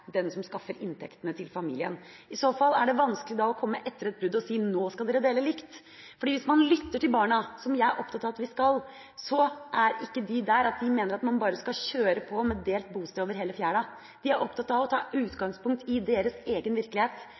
den naturlige omsorgspersonen, mens far er den som skaffer inntektene til familien. I så fall er det vanskelig å komme etter et brudd og si: Nå skal dere dele likt. Hvis man lytter til barna, som jeg er opptatt av at vi skal gjøre, mener ikke de at man bare skal kjøre på med delt bosted over hele fjøla. De er opptatt av å ta utgangspunkt i deres egen virkelighet,